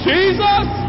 Jesus